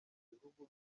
ibihugu